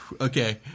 Okay